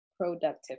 productivity